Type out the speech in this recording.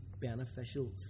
beneficial